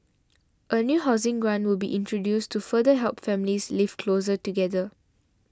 a new housing grant will be introduced to further help families live closer together